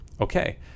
okay